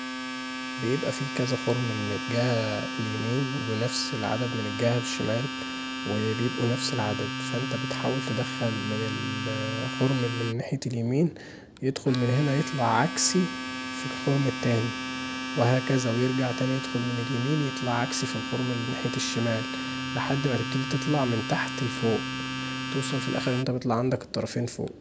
بيبقي فيه كذا خرم من الجهه اليمين ونفس العدد من الجهة الشمال وبيبقوا نفس العدد، فأنت بتحاول تدخل من الخرم اللي من ناحية اليمين يدخل من هنا يطلع عكسي في الخرم التاني وهكذا يرجع تاني يدخل من اليمين يطلع عكسي في الخرم اللي ناحية الشمال لحد ما تبتدي تطلع من تحت لفوق، توصل في الآخر ان انت بيطلع عندك الطرفين فوق.